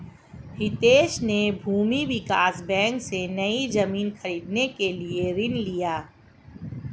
हितेश ने भूमि विकास बैंक से, नई जमीन खरीदने के लिए ऋण लिया